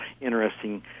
interesting